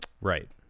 Right